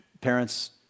parents